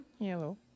hello